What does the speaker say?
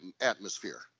atmosphere